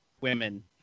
women